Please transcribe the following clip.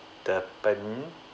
teppan~